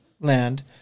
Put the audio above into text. land